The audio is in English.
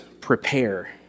prepare